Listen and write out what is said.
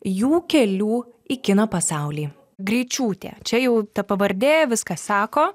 jų kelių į kino pasaulį greičiūtė čia jau ta pavardė viską sako